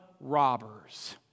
robbers